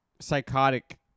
psychotic